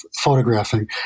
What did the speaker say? photographing